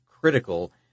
critical